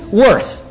worth